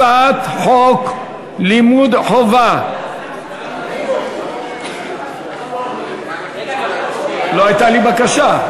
הצעת חוק לימוד חובה לא הייתה לי בקשה.